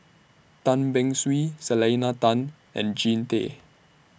Tan Beng Swee Selena Tan and Jean Tay